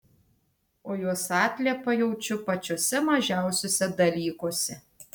o jos atliepą jaučiu pačiuose mažiausiuose dalykuose